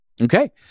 Okay